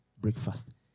breakfast